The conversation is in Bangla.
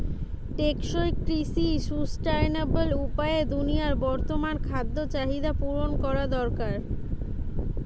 টেকসই কৃষি সুস্টাইনাবল উপায়ে দুনিয়ার বর্তমান খাদ্য চাহিদা পূরণ করা দরকার